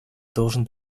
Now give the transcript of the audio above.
должен